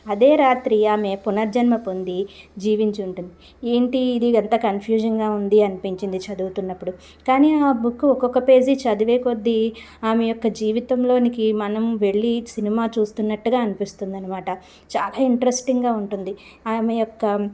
అదే రాత్రి ఆమె పునర్జన్మ పొంది జీవించి ఉంటుంది ఏంటి ఇది ఎంత కన్ఫ్యూషన్గా ఉంది అనిపించింది చదువుతున్నప్పుడు కానీ ఆ బుక్ ఒక్కొక్క పేజీ చదివే కొద్ది ఆమె యొక్క జీవితంలోనికి మనం వెళ్లి సినిమా చూస్తున్నట్టుగా అనిపిస్తుంది అనమాట చాలా ఇంట్రెస్టింగ్గా ఉంటుంది ఆమె యొక్క